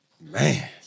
Man